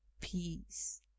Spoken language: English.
peace